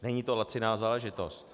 Není to laciná záležitost.